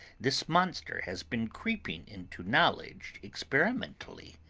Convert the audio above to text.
this monster has been creeping into knowledge experimentally.